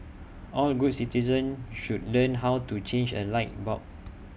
all good citizens should learn how to change A light bulb